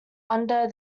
under